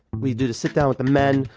we do the sit-down with the men.